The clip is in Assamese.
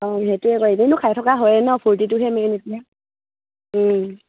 অঁ সেইটোৱে আকৌ এনেইনো খাই থকা হয় নহ্ ফূৰ্তিটোহে মেইন এতিয়া